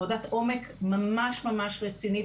עבודת עומק ממש-ממש רצינית,